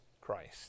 Christ